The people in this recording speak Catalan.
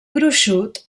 gruixut